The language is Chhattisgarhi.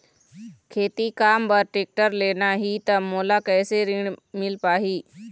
खेती काम बर टेक्टर लेना ही त मोला कैसे ऋण मिल पाही?